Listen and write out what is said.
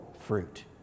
fruit